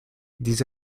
these